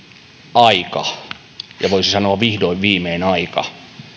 aika ja voisi sanoa vihdoin viimein aika